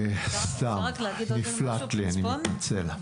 נפלט לי, אני מתנצל.